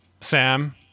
Sam